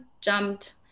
jumped